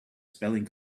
spelling